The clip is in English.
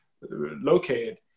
located